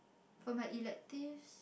from my elective